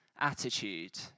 attitude